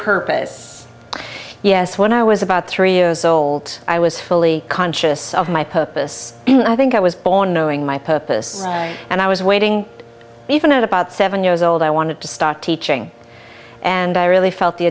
purpose yes when i was about three years old i was fully conscious of my purpose and i think i was born knowing my purpose and i was waiting even at about seven years old i wanted to start teaching and i really felt the